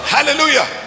Hallelujah